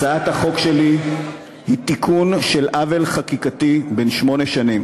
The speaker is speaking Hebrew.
הצעת החוק שלי היא תיקון של עוול חקיקתי בן שמונה שנים.